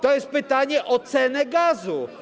To jest pytanie o cenę gazu.